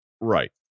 Right